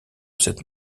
cette